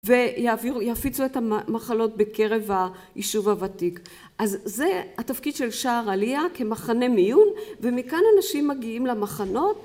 ויפיצו את המחלות בקרב היישוב הוותיק. אז זה התפקיד של שער עלייה כמחנה מיון ומכאן אנשים מגיעים למחנות